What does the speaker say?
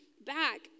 back